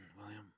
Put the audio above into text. William